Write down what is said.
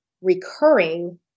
recurring